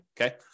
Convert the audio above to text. Okay